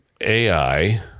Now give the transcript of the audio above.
ai